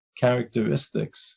characteristics